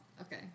okay